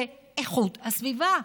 זה איכות הסביבה.